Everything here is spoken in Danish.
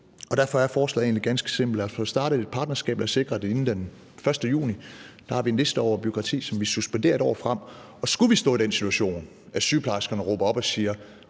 Derfor er forslaget egentlig ganske simpelt: Lad os få startet et partnerskab og få sikret, at inden den 1. juni har vi en liste over bureaukrati, som vi suspenderer et år frem. Og skulle vi stå i den situation, at sygeplejerskerne råber op og siger: